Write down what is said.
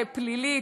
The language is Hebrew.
פלילית,